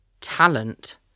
talent